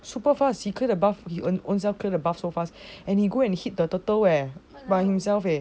super fast he clear the buff he own self go and clear the buff so fast and he go and hit the turtle eh by himself eh